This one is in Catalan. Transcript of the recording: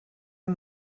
amb